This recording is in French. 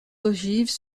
ogives